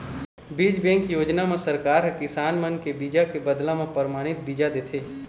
बीज बेंक योजना म सरकार ह किसान मन के बीजा के बदला म परमानित बीजा देथे